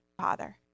Father